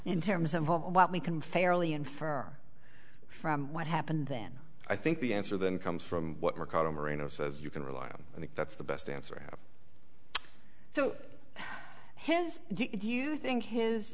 in terms of what we can fairly infer from what happened then i think the answer then comes from what were called a marina says you can rely on i think that's the best answer so his do you think his